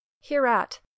Hereat